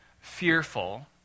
fearful